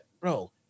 bro